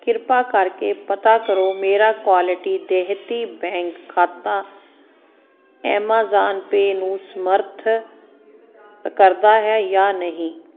ਕਿਰਪਾ ਕਰਕੇ ਪਤਾ ਕਰੋ ਕਿ ਮੇਰਾ ਕੁਆਲਟੀ ਦੇਹਤੀ ਬੈਂਕ ਖਾਤਾ ਐਮਾਜ਼ਾਨ ਪੇਅ ਨੂੰ ਸਮਰਥ ਕਰਦਾ ਹੈ ਜਾਂ ਨਹੀਂ